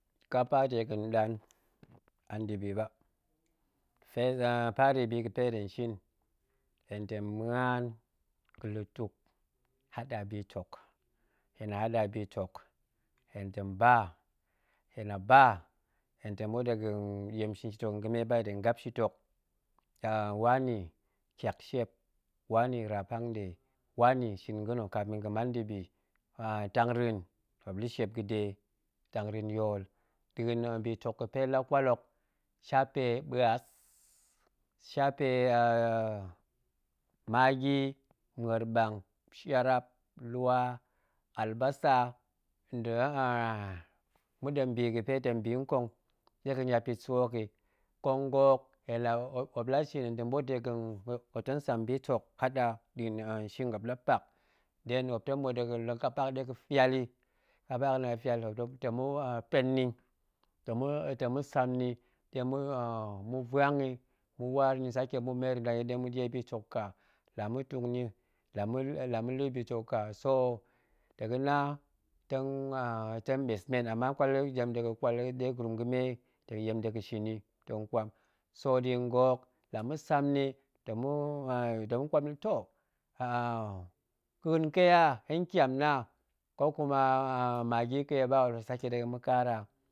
Kapa dega̱n ɗan a nda̱bi ba, first pari bi ga̱pe hen nong shin, hen to̱ng muan ga̱lutuk, haɗa bitok, hen la haɗa bitok, hen ta̱ng ba, hen la ba, hen tong ɓoot dega̱ ɗiem tong shinshit hok ga̱me ba, hen nong gap shit hok, wani kiyak shiep, wani raap hanga̱ɗe, wani shin ga̱ng kapin ga̱ man nda̱bi, tang ra̱a̱n muop la̱shiep ga̱de, ta̱ng ra̱a̱n yool, nɗa̱a̱n bitok ga̱pe hen nɗe la kwal hok, shape ɓuas, shape a magi, muer ɓang, shiarap, lwa, albasa, nda̱ ma̱ɗem bi ga̱pe ta̱ bi nƙong, ɗega̱ niap yit sa̱ hok yi, nkong ga̱ hok, muop la shin hen ta ɓoot dega̱n, muop muop tong sa̱m bitok, haɗa nɗa̱a̱n shing, muop la pak, then muop tong boot dega̱ la̱ kapa hok ɗe ga̱fual yi, kapa hok la fual, to̱ng nia̱pen ni, ta̱ ma̱sam ni ta̱ ma̱ vuang yi ma̱ waar ni, sake ma̱ merni dang yit ma̱ɗie bitok ka, la matung ni, la ma̱ la̱ bitok ka so ta̱ ga̱na tong ɓes men ama muop la zem dega̱ kwal wei gurum ga̱me ta̱ ga̱ɗiem de shin yi tong kwam, so nɗa̱a̱n ga̱hok la ma̱sam ni ta̱ ma̱ kwal ma̱yi tok ƙa̱a̱n ke a hen kyam na ko kumu magi ke ba ho, ɗe ma̱ sake de ma̱ kara